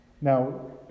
Now